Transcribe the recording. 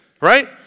right